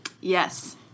Yes